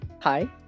Hi